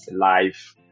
life